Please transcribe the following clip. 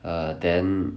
err then